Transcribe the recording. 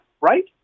right